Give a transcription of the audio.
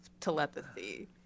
telepathy